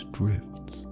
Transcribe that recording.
drifts